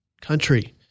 country